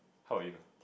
how about you